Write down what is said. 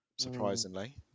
Surprisingly